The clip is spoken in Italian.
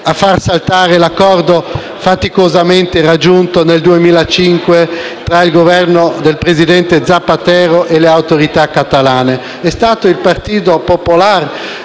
a far saltare l'accordo, faticosamente raggiunto nel 2005, tra il Governo del presidente Zapatero e le autorità catalane. È stato il Partito Popolare